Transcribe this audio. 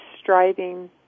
striving